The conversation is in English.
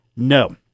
No